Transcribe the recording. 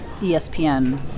espn